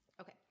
Okay